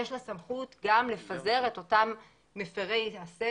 יש לה סמכות גם לפזר את אותם מפירי הסדר,